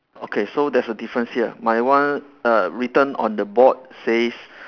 okay so there's a difference here my one err written on the board says